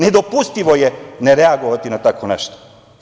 Nedopustivo je nereagovati na tako nešto.